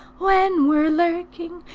when we're lurking,